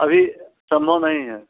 अभी सम्भव नहीं है